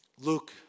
Luke